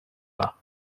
pas